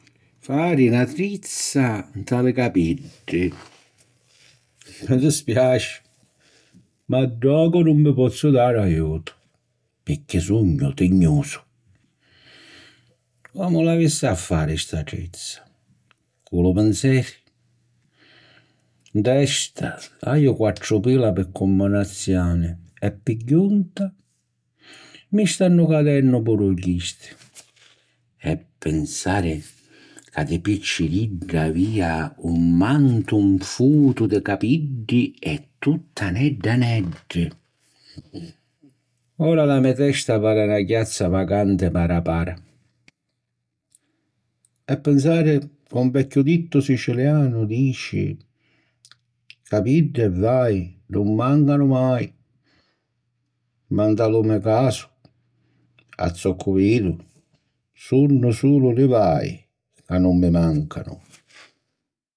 Fari na trizza nta li capiddi? Mi dispiaci, ma ddocu nun vi pozzu dari aiutu, picchì sugnu tignusu. Comu l'avissi a fari sta trizza, cu lu pinseri? 'N testa haju quattru pila pi cumminazioni e pi junta, mi stannu cadennu puru chisti. E pinsari ca di picciriddu avìa un mantu nfutu di capiddi e tutti aneddi aneddi. Ora la me testa pari na chiazza vacanti para, para. E pinsari ca un vecchiu dittu sicilianu dici "capiddi e guai nun màncanu mai"; ma nta lu me casu, a zoccu vidu, sunnu sulu li guai ca nun mi màncanu.